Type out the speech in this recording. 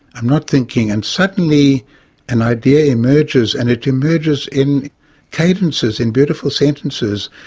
i'm not thinking, and suddenly an idea emerges and it emerges in cadences, in beautiful sentences,